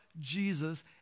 jesus